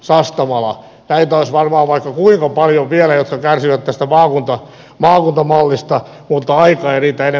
näitä olisi varmaan vaikka kuinka paljon vielä jotka kärsivät tästä maakuntamallista mutta aika ei riitä ne